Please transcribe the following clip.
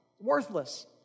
Worthless